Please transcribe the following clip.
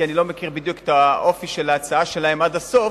כי אני לא מכיר בדיוק את האופי של ההצעה עד הסוף,